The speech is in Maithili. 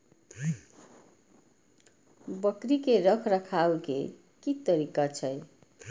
बकरी के रखरखाव के कि तरीका छै?